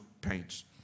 paints